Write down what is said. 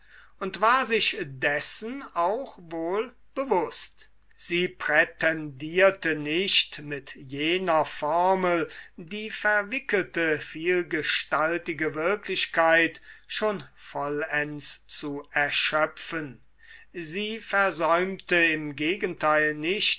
und war sich dessen auch wohl bewußt sie prätendierte nicht mit jener formel die verwickelte vielgestaltige wirklichkeit schon vollends zu erschöpfen sie versäumte im gegenteil nicht